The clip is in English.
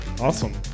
Awesome